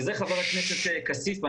וחבר הכנסת כסיף,